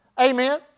Amen